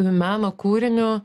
meno kūriniu